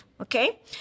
okay